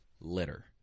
litter